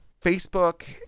Facebook